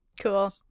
Cool